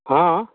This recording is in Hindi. हाँ